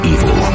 Evil